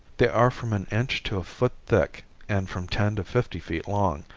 they are from an inch to a foot thick and from ten to fifty feet long,